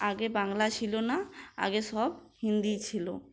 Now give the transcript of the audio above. আগে বাংলা ছিলো না আগে সব হিন্দিই ছিলো